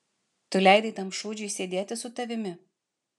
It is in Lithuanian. tu leidai tam šūdžiui sėdėti su tavimi